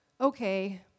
okay